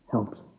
Helps